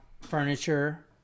furniture